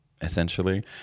essentially